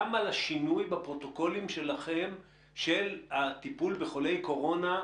גם על השינוי בפרוטוקולים שלכם של הטיפול בחולי קורונה,